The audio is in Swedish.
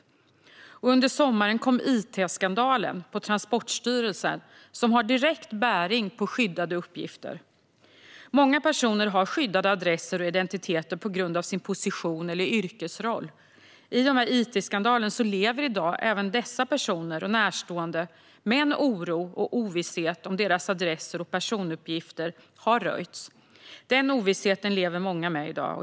Under förra sommaren kom it-skandalen på Transportstyrelsen som har direkt bäring på skyddade uppgifter. Många personer har skyddade adresser och identiteter på grund av sin position eller yrkesroll. I och med it-skandalen lever i dag även dessa personer och deras närstående med en oro och ovisshet om deras adresser och personuppgifter har röjts. Den ovissheten lever många med i dag.